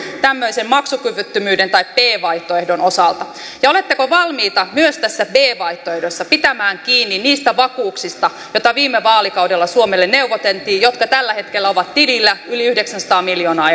tämmöisen maksukyvyttömyyden tai b vaihtoehdon osalta ja oletteko valmiita myös tässä b vaihtoehdossa pitämään kiinni niistä vakuuksista joita viime vaalikaudella suomelle neuvoteltiin jotka tällä hetkellä ovat tilillä yli yhdeksänsataa miljoonaa